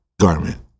garment